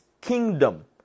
kingdom